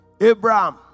Abraham